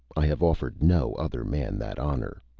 i have offered no other man that honor.